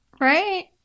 right